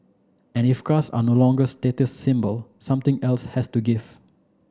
and if cars are no longer status symbol something else has to give